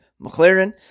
McLaren